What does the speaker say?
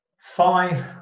Five